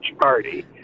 party